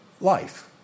life